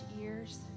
ears